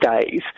days